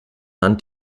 hand